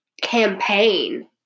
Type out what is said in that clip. campaign